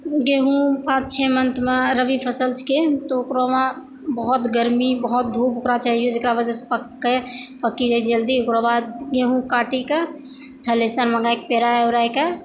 गेहूँ आठ छओ मन्थमे रबी फसलके तऽ ओकरोमे बहुत गरमी बहुत धूप ओकरा चहिअऽ जकरा वजहसँ पकै पकि जाइ जल्दी ओकरबाद गेहूँ काटिकऽ थ्रेसर मँगाइ पेराइ उराइ कऽ